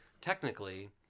technically